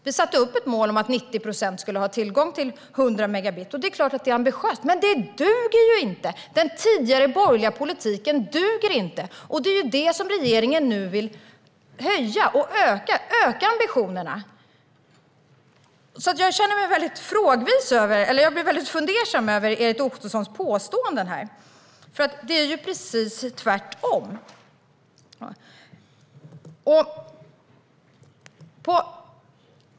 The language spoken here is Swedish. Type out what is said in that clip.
Vi satte upp ett mål om att 90 procent skulle ha tillgång till 100 megabits uppkopplingshastighet. Det är klart att den tidigare strategin var ambitiös, men den dög inte. Den tidigare borgerliga politiken duger inte, och regeringen vill öka ambitionerna. Jag blir fundersam över Erik Ottosons påståenden här, för det är ju precis tvärtom.